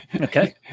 Okay